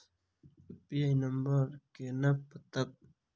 UPI number केना पत्ता कड़ी?